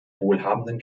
wohlhabenden